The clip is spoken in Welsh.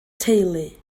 teulu